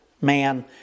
man